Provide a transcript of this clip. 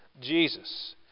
Jesus